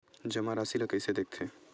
जमा राशि ला कइसे देखथे?